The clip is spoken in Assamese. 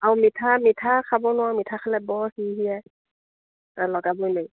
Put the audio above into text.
আৰু মিঠা মিঠা খাব নোৱাৰোঁ মিঠা খালে বৰ সিৰসিৰাই লগাবই নোৱাৰি